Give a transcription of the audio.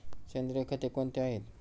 सेंद्रिय खते कोणती आहेत?